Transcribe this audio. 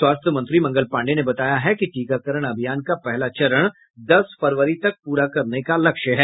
स्वास्थ्य मंत्री मंगल पांडेय ने बताया है कि टीकाकरण अभियान का पहला चरण दस फरवरी तक प्रा करने का लक्ष्य है